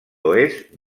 oest